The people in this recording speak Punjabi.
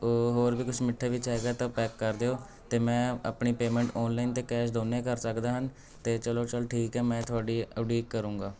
ਹੋਰ ਵੀ ਕੁਛ ਮਿੱਠੇ ਵਿੱਚ ਹੈਗਾ ਹੈ ਤਾਂ ਉਹ ਪੈਕ ਕਰ ਦਿਓ ਅਤੇ ਮੈਂ ਆਪਣੀ ਪੇਮੈਂਟ ਔਨਲਾਈਨ ਅਤੇ ਕੈਸ਼ ਦੋਨੇ ਕਰ ਸਕਦਾ ਹਨ ਅਤੇ ਚਲੋ ਚਲ ਠੀਕ ਹੈ ਮੈਂ ਤੁਹਾਡੀ ਉਡੀਕ ਕਰੂੰਗਾ